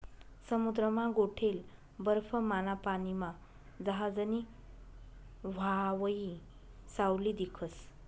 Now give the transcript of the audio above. समुद्रमा गोठेल बर्फमाना पानीमा जहाजनी व्हावयी सावली दिखस